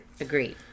agreed